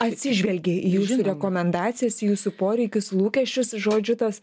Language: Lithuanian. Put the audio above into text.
atsižvelgia į jūsų rekomendacijas į jūsų poreikius lūkesčius žodžiu tas